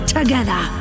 together